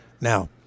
Now